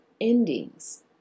Endings